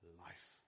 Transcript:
life